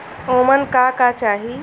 ओमन का का चाही?